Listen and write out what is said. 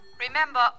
Remember